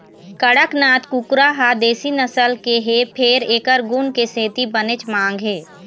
कड़कनाथ कुकरा ह देशी नसल के हे फेर एखर गुन के सेती बनेच मांग हे